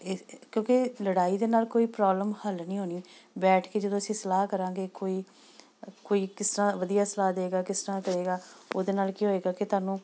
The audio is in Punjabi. ਇਹ ਕਿਉਂਕਿ ਲੜਾਈ ਦੇ ਨਾਲ਼ ਕੋਈ ਪ੍ਰੋਬਲਮ ਹੱਲ ਨਹੀਂ ਹੋਣੀ ਬੈਠ ਕੇ ਜਦੋਂ ਅਸੀਂ ਸਲਾਹ ਕਰਾਂਗੇ ਕੋਈ ਕੋਈ ਕਿਸ ਤਰ੍ਹਾਂ ਵਧੀਆ ਸਲਾਹ ਦਏਗਾ ਕਿਸ ਤਰ੍ਹਾਂ ਦਏਗਾ ਉਹਦੇ ਨਾਲ਼ ਕੀ ਹੋਏਗਾ ਕਿ ਤੁਹਾਨੂੰ